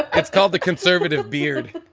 it's called the conservative beard.